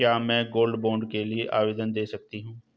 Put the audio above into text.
क्या मैं gold bond के लिए आवेदन दे सकती हूँ?